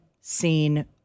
seen